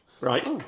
right